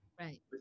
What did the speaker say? Right